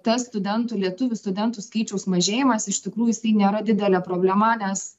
tas studentų lietuvių studentų skaičiaus mažėjimas iš tikrųj jisai nėra didelė problema nes